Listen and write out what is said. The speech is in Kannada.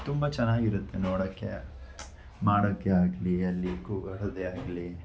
ತುಂಬ ಚೆನ್ನಾಗಿರುತ್ತೆ ನೋಡೋಕ್ಕೆ ಮಾಡೋಕ್ಕೆ ಆಗಲಿ ಅಲ್ಲಿ ಕೂಗಾಡೊದೇ ಆಗಲಿ